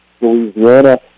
Louisiana